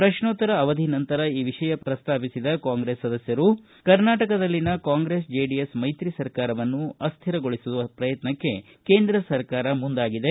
ಪ್ರಶ್ನೋತ್ತರ ಅವಧಿ ನಂತರ ಈ ವಿಷಯ ಪ್ರಸ್ತಾಪಿಸಿದ ಕಾಂಗ್ರೆಸ್ ಸದಸ್ಯರು ಕರ್ನಾಟಕದಲ್ಲಿನ ಕಾಂಗ್ರೆಸ್ ಜೆಡಿಎಸ್ ಮೈತ್ರಿ ಸರ್ಕಾರವನ್ನು ಅಸ್ಥಿರಗೊಳಿಸುವ ಪ್ರಯತ್ನಕ್ಕೆ ಕೇಂದ್ರ ಸರ್ಕಾರ ಮುಂದಾಗಿದೆ